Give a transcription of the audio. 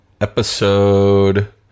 episode